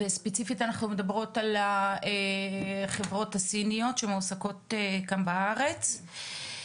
וספציפית אנחנו מדברות על החברות הסיניות שמועסקות כאן בארץ.